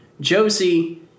Josie